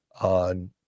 on